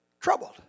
troubled